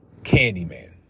Candyman